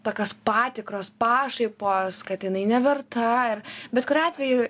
tokios patikros pašaipos kad jinai neverta ir bet kuriuo atveju